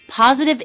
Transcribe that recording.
positive